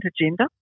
agenda